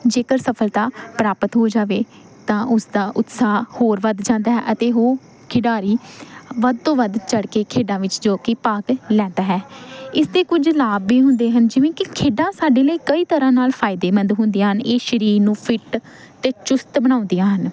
ਜੇਕਰ ਸਫਲਤਾ ਪ੍ਰਾਪਤ ਹੋ ਜਾਵੇ ਤਾਂ ਉਸਦਾ ਉਤਸਾਹ ਹੋਰ ਵੱਧ ਜਾਂਦਾ ਹੈ ਅਤੇ ਉਹ ਖਿਡਾਰੀ ਵੱਧ ਤੋਂ ਵੱਧ ਚੜ੍ਹ ਕੇ ਖੇਡਾਂ ਵਿੱਚ ਜੋ ਕਿ ਪਾਟ ਲੈਂਦਾ ਹੈ ਇਸ ਦੇ ਕੁਝ ਲਾਭ ਵੀ ਹੁੰਦੇ ਹਨ ਜਿਵੇਂ ਕਿ ਖੇਡਾਂ ਸਾਡੇ ਲਈ ਕਈ ਤਰ੍ਹਾਂ ਨਾਲ ਫਾਇਦੇਮੰਦ ਹੁੰਦੀਆਂ ਹਨ ਇਹ ਸਰੀਰ ਨੂੰ ਫਿੱਟ ਅਤੇ ਚੁਸਤ ਬਣਾਉਂਦੀਆਂ ਹਨ